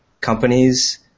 companies